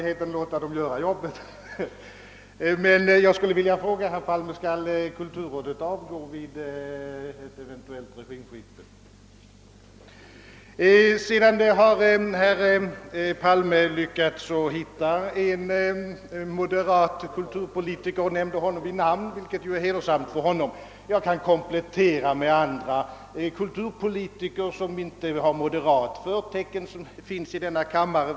Herr Palme har lyckats hitta en moderat kulturpolitiker och har nämnt honom vid namn, vilket ju är hedersamt för honom. Jag kan komplettera med en annan kulturpolitiker, som inte har moderat förtecken och som finns i denna kammare.